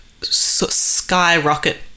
skyrocket